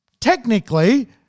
technically